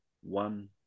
one